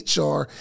HR